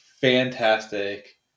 fantastic